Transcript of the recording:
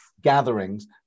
gatherings